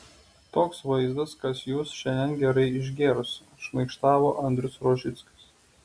toks vaizdas kas jūs šian gerai išgėrusi šmaikštavo andrius rožickas